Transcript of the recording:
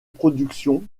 production